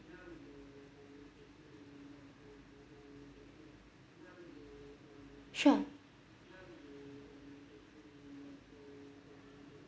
sure